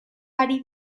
ari